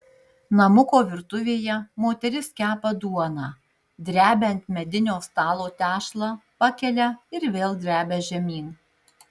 namuko virtuvėje moteris kepa duoną drebia ant medinio stalo tešlą pakelia ir vėl drebia žemyn